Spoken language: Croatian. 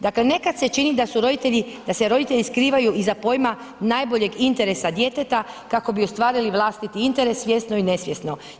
Dakle nekad se čini da su roditelji, da se roditelji skrivaju iza pojma najboljeg interesa djeteta kako bi ostvarili vlastiti interes svjesno i nesvjesno.